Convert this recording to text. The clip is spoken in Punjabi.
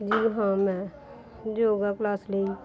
ਜੀ ਹਾਂ ਮੈਂ ਯੋਗਾ ਕਲਾਸ ਲਈ